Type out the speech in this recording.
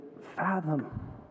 fathom